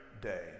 day